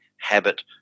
habit